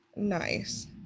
Nice